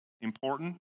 important